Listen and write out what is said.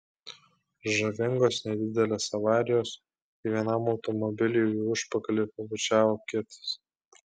žavingos nedidelės avarijos kai vienam automobiliui į užpakalį pabučiavo kitas